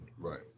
Right